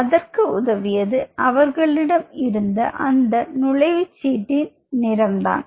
அதற்கு உதவியது அவர்களிடம் இருந்த அந்த நுழைவுச் சீட்டில் நிறம்தான்